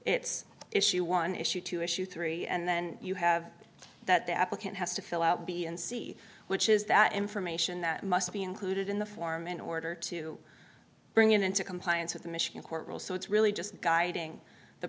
it's issue one issue to issue three and then you have that the applicant has to fill out b and c which is that information that must be included in the form in order to bring it into compliance with the michigan court rules so it's really just guiding the